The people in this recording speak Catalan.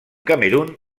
camerun